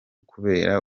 kubera